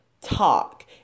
talk